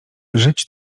żyć